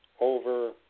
over